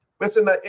Listen